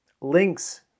links